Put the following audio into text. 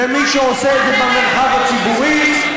למי שעושה את זה במרחב הציבורי.